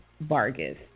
Vargas